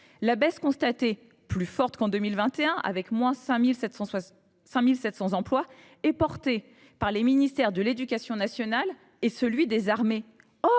La baisse constatée, plus forte qu’en 2021, avec 5 700 emplois en moins, est portée par le ministère de l’éducation nationale et celui des armées.